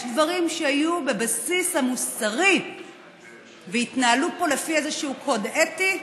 יש דברים שהיו בבסיס המוסרי והתנהלו פה לפי איזשהו קוד אתי,